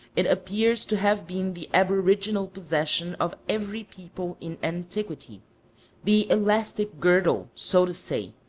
it appears to have been the aboriginal possession of every people in antiquity the elastic girdle, so to say,